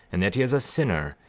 and that he is a sinner,